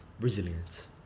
Resilience